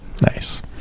Nice